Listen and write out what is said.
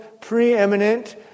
preeminent